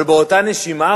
אבל באותה נשימה,